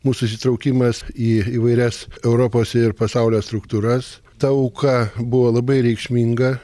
mūsų įsitraukimas į įvairias europos ir pasaulio struktūras ta auka buvo labai reikšminga